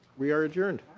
we are adjourned.